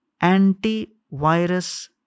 anti-virus